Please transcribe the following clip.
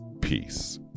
Peace